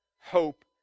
hope